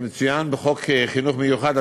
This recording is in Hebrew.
כמצוין בחוק חינוך מיוחד,